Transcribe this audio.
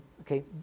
Okay